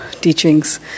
teachings